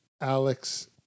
Alex